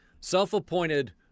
Self-appointed